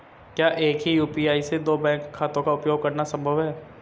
क्या एक ही यू.पी.आई से दो बैंक खातों का उपयोग करना संभव है?